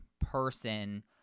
person